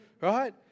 right